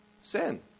Sin